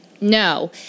no